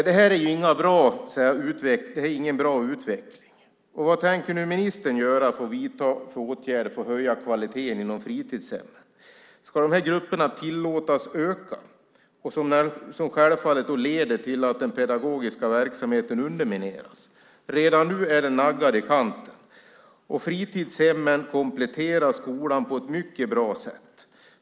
Det här är ingen bra utveckling. Vad tänker ministern vidta för åtgärder för att höja kvaliteten inom fritidshemmen? Ska de här grupperna tillåtas att öka? Det leder självfallet till att den pedagogiska verksamheten undermineras. Redan nu är den naggad i kanten. Fritidshemmen kompletterar skolan på ett mycket bra sätt.